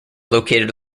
located